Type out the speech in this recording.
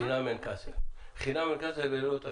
חינם אין כסף זה ללא תשלום.